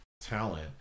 talent